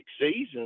season